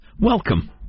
Welcome